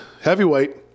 Heavyweight